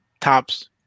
tops